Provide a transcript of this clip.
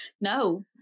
No